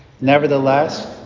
Nevertheless